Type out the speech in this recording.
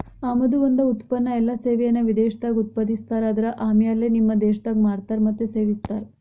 ಆಮದು ಒಂದ ಉತ್ಪನ್ನ ಎಲ್ಲಾ ಸೇವೆಯನ್ನ ವಿದೇಶದಾಗ್ ಉತ್ಪಾದಿಸ್ತಾರ ಆದರ ಆಮ್ಯಾಲೆ ನಿಮ್ಮ ದೇಶದಾಗ್ ಮಾರ್ತಾರ್ ಮತ್ತ ಸೇವಿಸ್ತಾರ್